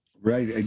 Right